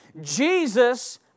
Jesus